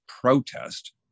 protest